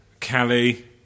Callie